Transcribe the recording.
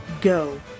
Go